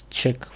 check